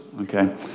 okay